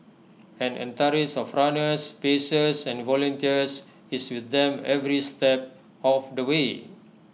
an entourage of runners pacers and volunteers is with them every step of the way